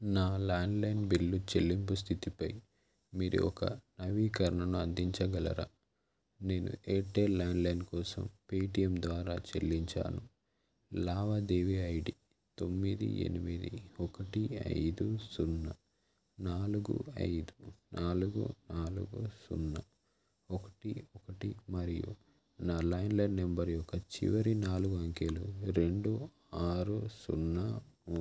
నా landline bill చెల్లింపు స్థితిపై మీరు ఒక నవీకరణను అందించగలరా నేను ఎయిర్టెల్ ల్యాండ్లైన్ కోసం పేటీఎం ద్వారా చెల్లించాను లావాదేవీ ఐ డీ తొమ్మిది ఎనిమిది ఒకటి ఐదు సున్నా నాలుగు ఐదు నాలుగు నాలుగు సున్నా ఒకటి ఒకటి మరియు నా ల్యాండ్లైన్ నంబర్ యొక్క చివరి నాలుగు అంకెలు రెండు ఆరు సున్నా మూడు